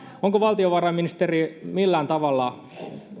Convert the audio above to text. onko valtiovarainministeri millään tavalla